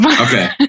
okay